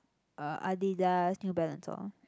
uh Adidas New Balance all